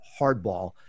hardball